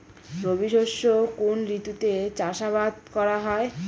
রবি শস্য কোন ঋতুতে চাষাবাদ করা হয়?